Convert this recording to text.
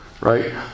Right